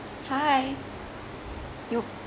hi your p~